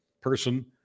person